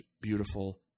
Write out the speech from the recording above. beautiful